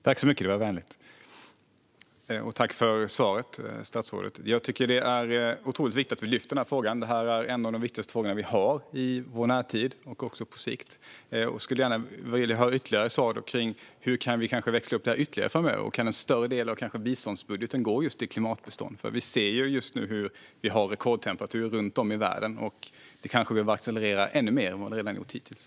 Fru talman! Tack för svaret, statsrådet! Jag tycker att det är otroligt viktigt att vi lyfter den här frågan; den är en av de viktigaste frågorna vi har i vår närtid och även på sikt. Jag skulle gärna också vilja ha svar på hur vi kan växla upp detta ytterligare framöver. Kan en större del av biståndsbudgeten gå just till klimatbistånd? Vi ser nu hur vi har rekordtemperaturer runt om i världen, och vi kanske behöver accelerera ännu mer än vad vi har gjort hittills.